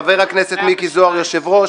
חבר הכנסת מיקי זוהר יושב-ראש.